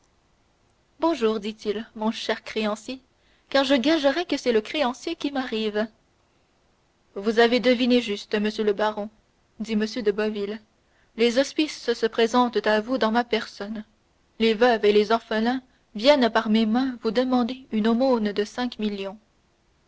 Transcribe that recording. bonjour dit-il mon cher créancier car je gagerais que c'est le créancier qui m'arrive vous avez deviné juste monsieur le baron dit m de boville les hospices se présentent à vous dans ma personne les veuves et les orphelins viennent par mes mains vous demander une aumône de cinq millions